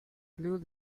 blue